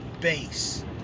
base